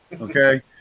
okay